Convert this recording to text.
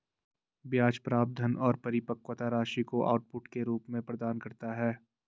ब्याज प्राप्त धन और परिपक्वता राशि को आउटपुट के रूप में प्रदान करता है